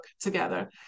together